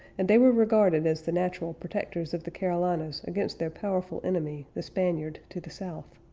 and they were regarded as the natural protectors of the carolinas against their powerful enemy, the spaniard, to the south.